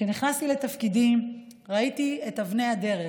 כשנכנסתי לתפקידים ראיתי את אבני הדרך,